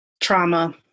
Trauma